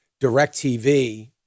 DirecTV